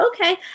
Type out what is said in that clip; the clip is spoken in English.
okay